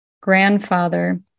grandfather